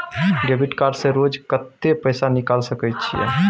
Debit card से रोज कत्ते पैसा निकाल सके छिये?